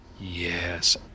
yes